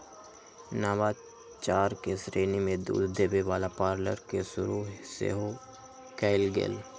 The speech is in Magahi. नवाचार के श्रेणी में दूध देबे वला पार्लर के शुरु सेहो कएल गेल